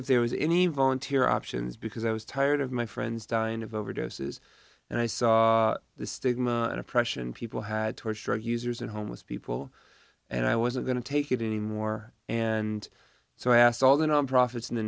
if there was any volunteer options because i was tired of my friends dying of overdoses and i saw the stigma and oppression people had towards drug users and homeless people and i wasn't going to take it anymore and so i asked all the nonprofits in the